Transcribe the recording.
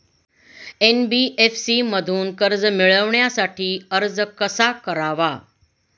NBFC मधून कर्ज मिळवण्यासाठी अर्ज कसा करावा?